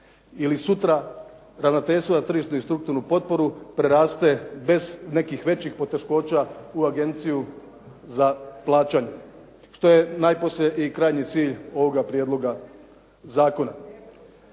ili sutra Ravnateljstvo za tržišnu i strukturnu potporu preraste bez nekih većih poteškoća u agenciju za plaćanje što je najposlije i krajnji cilj ovoga prijedloga zakona.